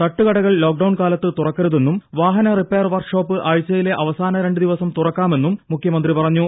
തട്ടുകടകൾ lockdown കാലത്ത് തുറക്കരുതെന്നും വാഹന റിപ്പയർ വർക്ക്ഷോപ്പ് ആഴ്ച്ചയിലെ അവസാന രണ്ട് ദിവസം തുറക്കാമെന്നും മുഖ്യമന്ത്രി പറഞ്ഞു